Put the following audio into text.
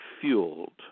fueled